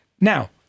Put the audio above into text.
Now